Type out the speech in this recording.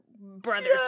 brothers